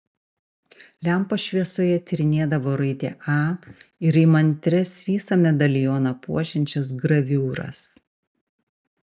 lempos šviesoje tyrinėdavo raidę a ir įmantrias visą medalioną puošiančias graviūras